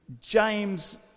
James